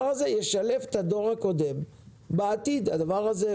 לא תמיד יש מעמד לכל אדם ואדם להגיש את